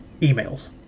emails